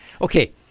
Okay